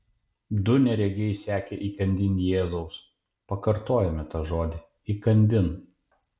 du neregiai sekė įkandin jėzaus pakartojame tą žodį įkandin